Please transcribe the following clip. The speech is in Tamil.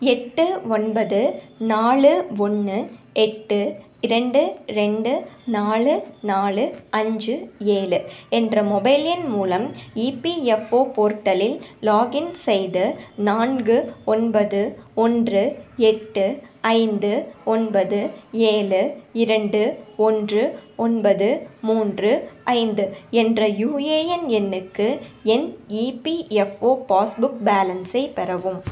எட்டு ஒன்பது நாலு ஒன்று எட்டு இரண்டு ரெண்டு நாலு நாலு அஞ்சு ஏழு என்ற மொபைல் எண் மூலம் இபிஎஃப்ஒ போர்ட்டலில் லாகின் செய்து நான்கு ஒன்பது ஒன்று எட்டு ஐந்து ஒன்பது ஏழு இரண்டு ஒன்று ஒன்பது மூன்று ஐந்து என்ற யுஏஎன் எண்ணுக்கு என் இபிஎஃப்ஒ பாஸ்புக் பேலன்ஸை பெறவும்